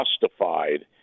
justified